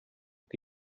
que